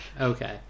Okay